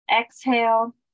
Exhale